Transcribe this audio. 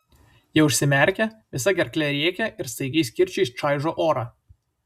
jie užsimerkia visa gerkle rėkia ir staigiais kirčiais čaižo orą